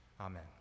Amen